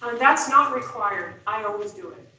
that's not required. i always do it.